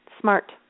smart